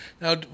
Now